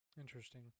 Interesting